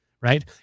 right